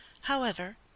However